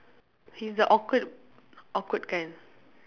he 's the awkward awkward kind